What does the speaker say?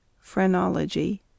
Phrenology